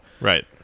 Right